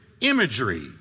imagery